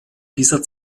dieser